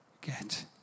Get